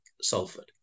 Salford